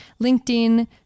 LinkedIn